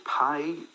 pay